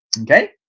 okay